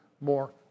more